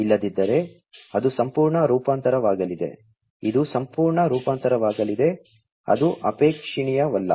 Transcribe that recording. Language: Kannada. ಇಲ್ಲದಿದ್ದರೆ ಅದು ಸಂಪೂರ್ಣ ರೂಪಾಂತರವಾಗಲಿದೆ ಇದು ಸಂಪೂರ್ಣ ರೂಪಾಂತರವಾಗಲಿದೆ ಅದು ಅಪೇಕ್ಷಣೀಯವಲ್ಲ